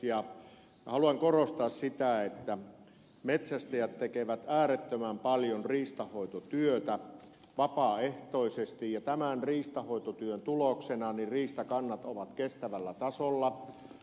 minä haluan korostaa sitä että metsästäjät tekevät äärettömän paljon riistanhoitotyötä vapaaehtoisesti ja tämän riistanhoitotyön tuloksena riistakannat ovat kestävällä tasolla